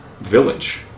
village